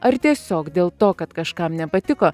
ar tiesiog dėl to kad kažkam nepatiko